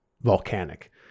volcanic